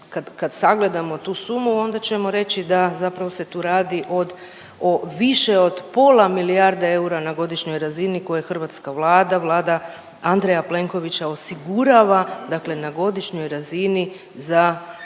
kad sagledamo tu sumu onda ćemo reći da zapravo se tu radi o više od pola milijarde eura na godišnjoj razini koje hrvatska Vlada, Vlada Andreja Plenkovića osigurava, dakle na godišnjoj razini za